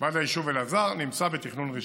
ועד היישוב אלעזר, נמצא בתכנון ראשוני.